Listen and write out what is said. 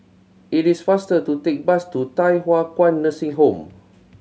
it is faster to take the bus to Thye Hua Kwan Nursing Home